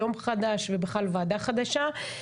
יום חדש ובכלל ועדה חדשה.